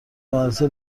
مدرسه